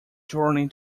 journey